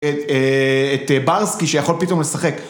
את אה... את א-ברסקי, שיכול פתאום לשחק.